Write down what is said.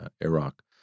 Iraq